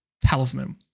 talisman